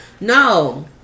No